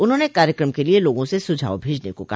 उन्होंने कार्यक्रम के लिए लोगों से सुझाव भेजने को कहा